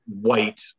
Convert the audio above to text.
white